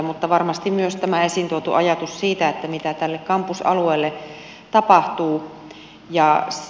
mutta varmasti myös tämä esiin tuotu ajatus siitä että mitä tälle kampusalueelle tapahtuu